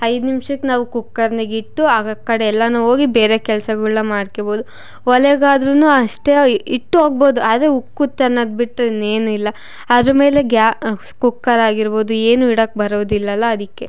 ಐದು ನಿಮ್ಷಕ್ಕೆ ನಾವು ಕುಕ್ಕರ್ನಾಗ ಇಟ್ಟು ಆಗ ಕಡೆ ಎಲ್ಲನು ಹೋಗಿ ಬೇರೆ ಕೆಲ್ಸಗಳ್ನ ಮಾಡ್ಕೋಬೋದು ಒಲೆಗಾದ್ರೂ ಅಷ್ಟೇ ಇಟ್ಟು ಹೋಗ್ಬೋದು ಆದರೆ ಉಕ್ಕುತ್ತೆ ಅನ್ನೋದು ಬಿಟ್ಟರೆ ಇನ್ನೇನಿಲ್ಲ ಅದ್ರ ಮೇಲೆ ಗ್ಯಾ ಕುಕ್ಕರ್ ಆಗಿರ್ಬೋದು ಏನು ಇಡೋಕ್ಕೆ ಬರೋದಿಲ್ಲಲ್ಲ ಅದಕ್ಕೆ